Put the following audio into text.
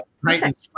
right